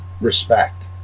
respect